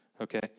Okay